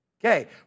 Okay